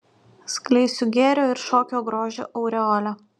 skleisiu gėrio ir šokio grožio aureolę